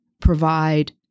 provide